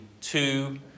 two